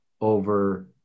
over